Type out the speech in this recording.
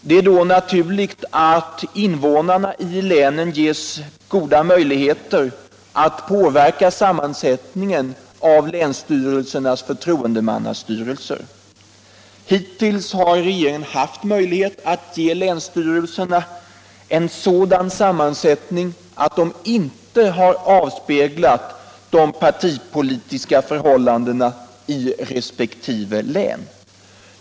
Det är då naturligt att invånarna i länen ges goda möjligheter att påverka sammansättningen av länsstyrelsernas förtroendemannastyrelser. Hittills har regeringen haft möjlighet att ge länsstyrelserna en sådan sammansättning att de inte har avspeglat de partipolitiska förhållandena i resp. län.